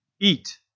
eat